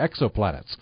exoplanets